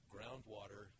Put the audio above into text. Groundwater